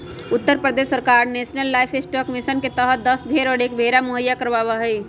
उत्तर प्रदेश सरकार national livestock mission के तहद दस भेंड़ और एक भेंड़ा मुहैया करवावा हई